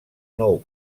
nou